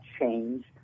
change